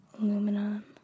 aluminum